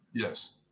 Yes